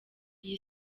iri